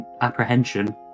apprehension